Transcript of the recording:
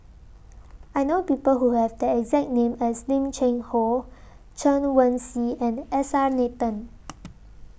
I know People Who Have The exact name as Lim Cheng Hoe Chen Wen Hsi and S R Nathan